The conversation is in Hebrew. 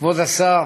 כבוד השר,